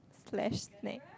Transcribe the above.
slash snack